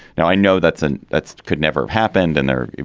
now, i know that's an that's could never have happened in there.